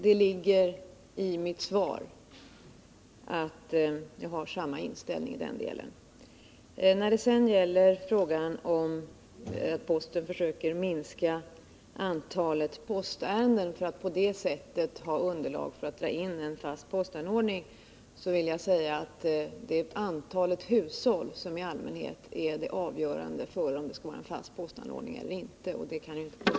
Det ligger i mitt svar att jag i det avseendet har samma inställning som Bengt Norling. När det sedan gäller påståendet att posten försöker minska antalet postärenden för att på det sättet få underlag för indragning av en fast postanordning vill jag framhålla att det i allmänhet är antalet hushåll som är avgörande för om det skall vara en fast postanordning eller inte.